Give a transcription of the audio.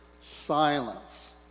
silence